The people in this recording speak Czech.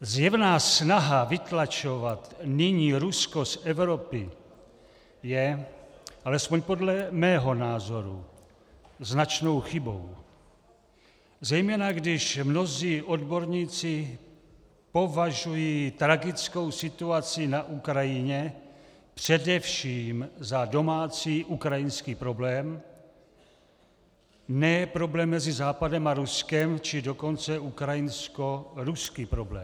Zjevná snaha vytlačovat nyní Rusko z Evropy je alespoň podle mého názoru značnou chybou, zejména když mnozí odborníci považují tragickou situaci na Ukrajině především za domácí ukrajinský problém, ne problém mezi Západem a Ruskem, či dokonce ukrajinskoruský problém.